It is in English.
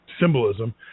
symbolism